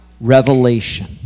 Revelation